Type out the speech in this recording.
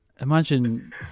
imagine